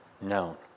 known